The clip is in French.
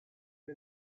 est